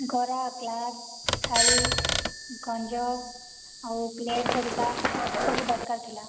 ଗରା ଗ୍ଳାସ୍ ଥାଳି ଗଞ୍ଜ ଆଉ ପ୍ଲେଟ୍ ହେରିକା ସବୁ ଦରକାର ଥିଲା